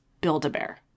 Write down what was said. Build-A-Bear